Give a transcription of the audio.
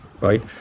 right